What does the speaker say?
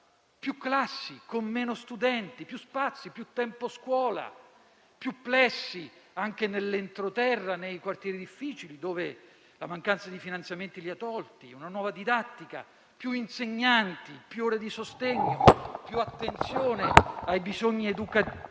più classi con meno studenti, più spazi, più tempo scuola, più plessi anche nell'entroterra e nei quartieri difficili, dove la mancanza di finanziamenti li ha tolti, una nuova didattica, più insegnanti, più ore di sostegno, più attenzione ai bisogni educativi